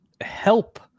help